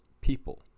people